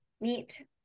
meet